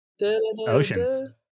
oceans